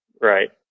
Right